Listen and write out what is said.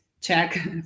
check